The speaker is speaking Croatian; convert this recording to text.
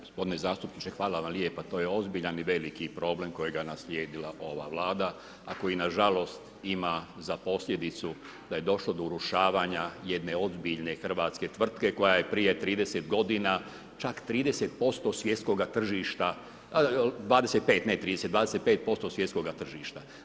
Gospodine zastupniče, hvala vam lijepa, to je ozbiljan i veliki problem kojeg je naslijedila ova vlada, a koji nažalost ima za posljedicu da je došlo do urušavanja jedne ozbiljne hrvatske tvrtke koja je prije 30 g. čak 30% svjetskoga tržišta, 25% ne 30, 25% svjetskoga tržišta.